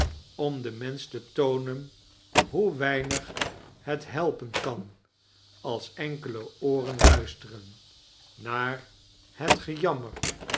om den mensch te toonen hoe weinig het helpein kan als enkele ooren luisferen naar het gejammer